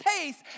taste